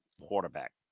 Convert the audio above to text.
quarterback